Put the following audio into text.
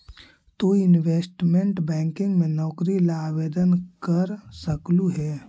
तु investment banking में नौकरी ला आवेदन कर सकलू हे